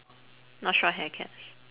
not short hair cats